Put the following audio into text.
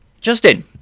Justin